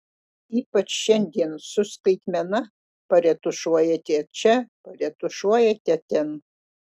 ypač šiandien su skaitmena paretušuojate čia paretušuojate ten